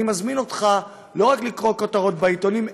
אני מזמין אותך לא רק לקרוא כותרות בעיתונים,